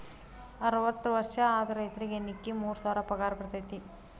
ಅರ್ವತ್ತ ವರ್ಷ ಆದ ರೈತರಿಗೆ ನಿಕ್ಕಿ ಮೂರ ಸಾವಿರ ಪಗಾರ ಬರ್ತೈತಿ